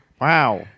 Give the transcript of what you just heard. Wow